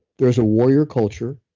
there's a warrior culture.